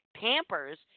Pampers